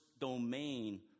domain